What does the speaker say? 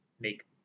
make